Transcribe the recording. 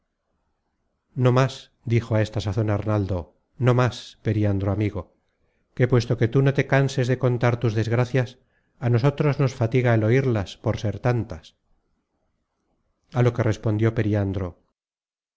más dijo á esta sazon arnaldo no más periandro amigo que puesto que tú no te canses de contar tus desgracias á nosotros nos fatiga el oirlas por ser tantas a lo que respondió periandro